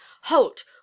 Halt